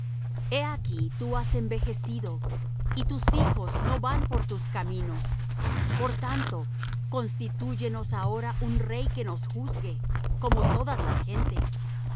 he aquí tú has envejecido y tus hijos no van por tus caminos por tanto constitúyenos ahora un rey que nos juzgue como todas las gentes